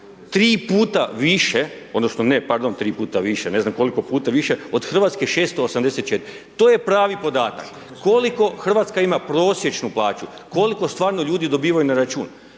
puta više od Hrvatske 684. To je pravi podatak. Koliko Hrvatska ima prosječnu plaću, koliko stvarno ljudi dobivaju na račun?